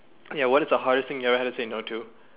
ya what is the hardest thing you ever had to say not to